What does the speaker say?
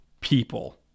people